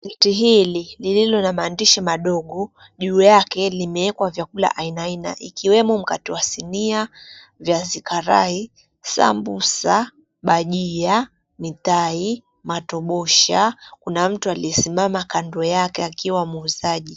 Gazeti hili lililo na maandishi madogo juu yake limewekwa vyakula aina aina ikiwemo mkate wa sinia , viazi karai, sambusa, bhajia mitai, matobosha. Kuna mtu aliyesimama kando yake akiwa muuzaji.